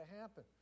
happen